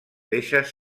deixes